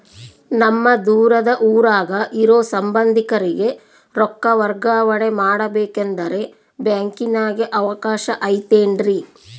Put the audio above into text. ನಮ್ಮ ದೂರದ ಊರಾಗ ಇರೋ ಸಂಬಂಧಿಕರಿಗೆ ರೊಕ್ಕ ವರ್ಗಾವಣೆ ಮಾಡಬೇಕೆಂದರೆ ಬ್ಯಾಂಕಿನಾಗೆ ಅವಕಾಶ ಐತೇನ್ರಿ?